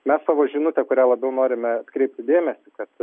mes savo žinutę kuria labiau norime atkreipti dėmesį kad